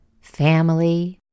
family